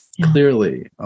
Clearly